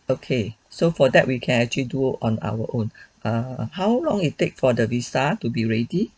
okay so for that we can't you do it on our own err how long it take for the visa to be ready